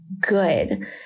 good